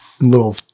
little